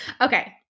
okay